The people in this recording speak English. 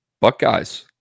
Buckeyes